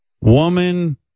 Woman